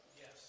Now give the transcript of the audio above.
Yes